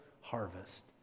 harvest